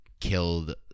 killed